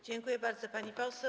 Dziękuję bardzo, pani poseł.